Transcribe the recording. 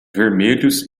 vermelhos